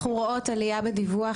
אנחנו רואות עלייה בדיווח,